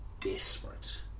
desperate